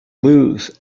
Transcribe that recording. lose